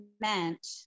meant